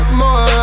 more